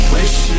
Wish